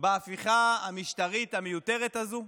בהפיכה המשטרית המיותרת הזו?